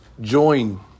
join